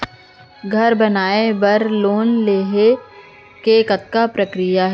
घर बनाये बर लोन लेहे के का प्रक्रिया हे?